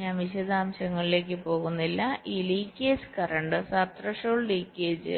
ഞാൻ വിശദാംശങ്ങളിലേക്ക് പോകുന്നില്ല ഈ leakage current sub threshold leakage